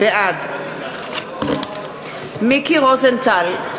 בעד מיקי רוזנטל,